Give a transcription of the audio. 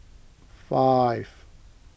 five